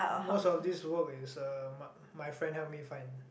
most of this work is uh my my friend help me find